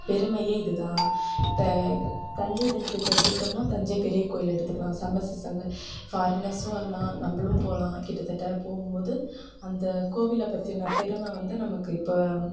பெருமையே இதுதான் இப்போ தஞ்சை டிஸ்ட்ரிக்ட் எடுத்துக்கிட்டோம்னால் தஞ்சை பெரியக்கோயில் எடுத்துக்கலாம் சம்மர் சீசனில் ஃபாரினர்ஸும் வரலாம் நம்மளும் போகலாம் கிட்டத்தட்ட போகும்போது அந்த கோவிலை பற்றின பெருமை வந்து நமக்கு இப்போ